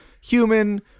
human